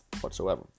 whatsoever